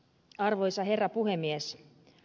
arvoisa herra puhemies